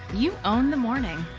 you own the morning.